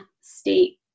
state